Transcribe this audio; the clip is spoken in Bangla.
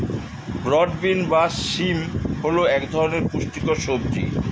ব্রড বিন বা শিম হল এক ধরনের পুষ্টিকর সবজি